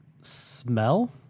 Smell